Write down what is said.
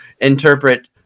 Interpret